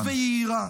-- מנותקת ויהירה?